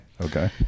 Okay